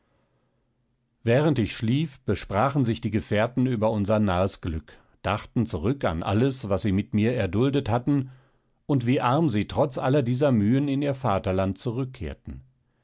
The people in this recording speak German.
während ich schlief besprachen sich die gefährten über unser nahes glück dachten zurück an alles was sie mit mir erduldet hatten und wie arm sie trotz aller dieser mühen in ihr vaterland zurückkehrten